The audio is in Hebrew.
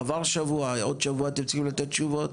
עבר שבוע, עוד שבוע אתם צריכים לתת תשובות.